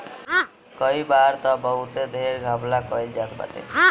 कई बार तअ बहुते ढेर घपला कईल जात बाटे